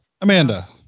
Amanda